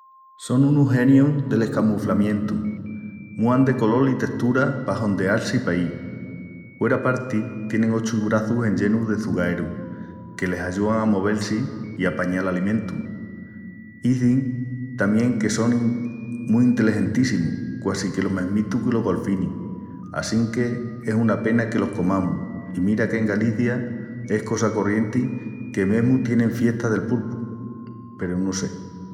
Son unus genius del escamuflamientu, múan de colol i testura pa hondeal-si paí. Hueraparti, tienin ochu braçus enllenus de çugaeru que les ayúan a movel-si i apañal alimentu. Izin tamién que sonin mu enteligentíssimus, quasi que lo mesmitu que los galfinis, assinque es una pena que los comamus i mira qu'en Galicia es cosa corrienti que mesmu tienin fiesta del pulpu peru no sé...